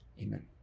amen